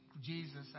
Jesus